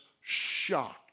shocked